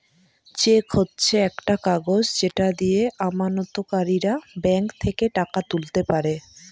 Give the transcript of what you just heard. check হচ্ছে একটা কাগজ যেটা দিয়ে আমানতকারীরা ব্যাঙ্ক থেকে টাকা তুলতে পারে